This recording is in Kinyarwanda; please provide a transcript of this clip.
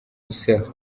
russell